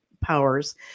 powers